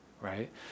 right